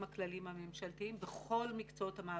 הכלליים-הממשלתיים בכל מקצועות המעבדנות.